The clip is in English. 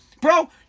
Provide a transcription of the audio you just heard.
bro